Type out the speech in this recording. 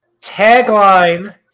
tagline